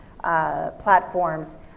platforms